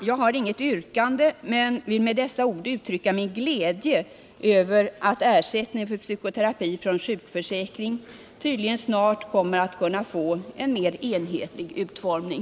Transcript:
Jag har inget yrkande, men jag har velat uttrycka min glädje över att ersättning från sjukförsäkringen för psykoterapi tydligen snart kommer att få en mer enhetlig utformning.